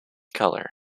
color